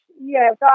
Yes